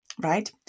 right